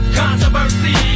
controversy